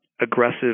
aggressive